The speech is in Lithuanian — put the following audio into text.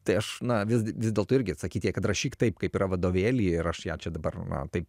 tai aš na vis gi vis dėlto irgi sakyčiau kad rašyk taip kaip yra vadovėlyje ir aš ją čia dabar taip